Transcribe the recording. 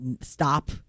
stop